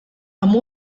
amb